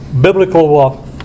Biblical